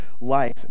life